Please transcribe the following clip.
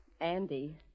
Andy